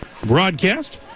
broadcast